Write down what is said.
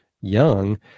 young